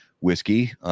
whiskey